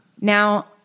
Now